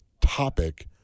topic